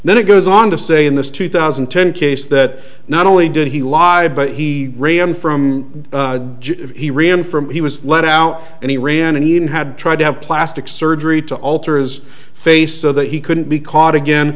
and then it goes on to say in this two thousand and ten case that not only did he lie but he ran from he ran from he was let out and he ran and even had tried to have plastic surgery to alter his face so that he couldn't be caught again